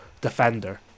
defender